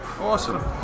Awesome